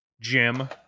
Jim